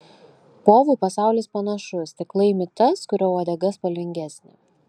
povų pasaulis panašus tik laimi tas kurio uodega spalvingesnė